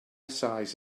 size